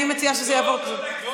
אני מציעה שזה יעבור לכספים.